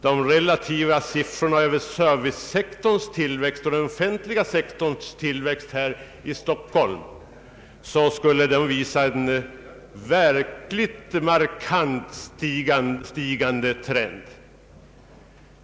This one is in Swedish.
De relativa siffrorna för servicesektorns och den offentliga sektorns tillväxt i Stockholm, visar samtidigt en markant stigande trend.